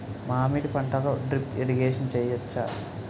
మామిడి పంటలో drip irrigation చేయచ్చా?